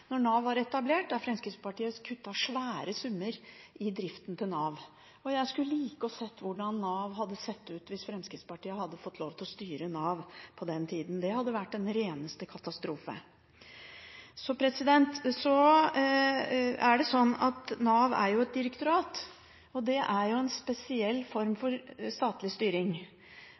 når det gjelder hva som har skjedd i denne saken. Jeg husker godt de første budsjettene da Nav var etablert, der Fremskrittspartiet kuttet svære summer til driften av Nav. Jeg skulle likt å se hvordan Nav hadde sett ut hvis Fremskrittspartiet hadde fått lov til å styre Nav på den tida. Det hadde vært den reneste katastrofe. Så er Nav et direktorat. Det er jo en spesiell form for statlig styring,